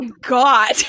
god